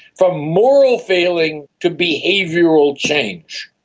from moral failing to behavioural change.